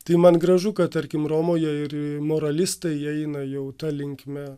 tai man gražu kad tarkim romoje ir moralistai jie eina jau ta linkme